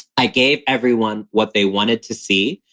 i gave everyone what they wanted to see,